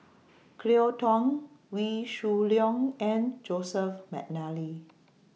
Cleo Thang Wee Shoo Leong and Joseph Mcnally